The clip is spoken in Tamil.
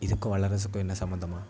இதுக்கும் வல்லரசுக்கும் என்ன சம்மந்தமா